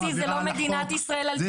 הנימוקים לכך ניתנו אתמול בהרחבה, כולל